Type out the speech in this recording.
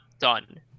done